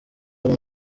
bari